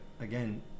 again